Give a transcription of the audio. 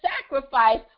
sacrifice